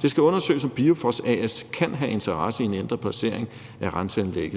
»Det skal undersøges, om BIOFOS A/S kan have interesse i en ændret placering af Renseanlæg